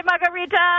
Margarita